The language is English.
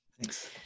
Thanks